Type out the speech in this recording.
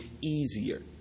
easier